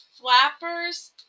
Flappers